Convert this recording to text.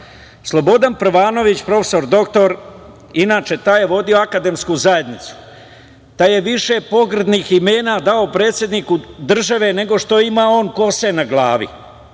Slobodan Prvanović profesor dr inače, taj je vodio akademsku zajednicu, taj je više pogrdnih imena dao predsedniku države, nego što ima on kose na glavi,